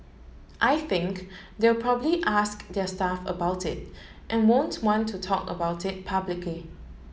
I think they'll probably ask their staff about it and won't want to talk about it publicly